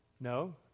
No